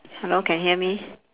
hello can hear me